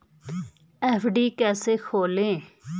FD कैसे खोलें?